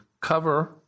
cover